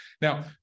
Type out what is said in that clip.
Now